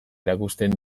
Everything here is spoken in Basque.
erakusten